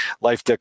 life